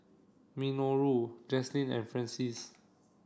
Minoru Jaclyn and Francies